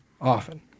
often